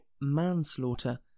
manslaughter